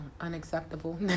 unacceptable